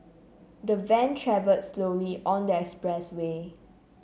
the van travelled slowly on the expressway